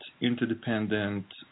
interdependent